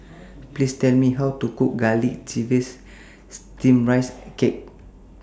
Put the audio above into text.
Please Tell Me How to Cook Garlic Chives Steamed Rice Cake